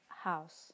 house